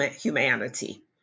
humanity